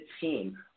team